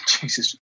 Jesus